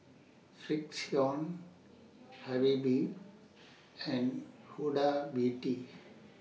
Frixion Habibie and Huda Beauty